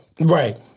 Right